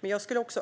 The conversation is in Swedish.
Men jag önskar också